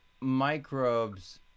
microbes